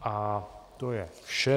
A to je vše.